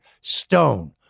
STONE